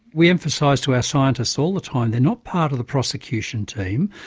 we emphasise to our scientists all the time, they're not part of the prosecution team,